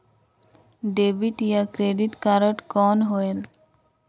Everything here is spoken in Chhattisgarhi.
डेबिट या क्रेडिट कारड कौन होएल?